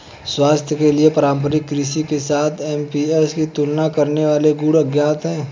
स्वास्थ्य के लिए पारंपरिक कृषि के साथ एसएपीएस की तुलना करने वाले गुण अज्ञात है